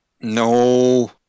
No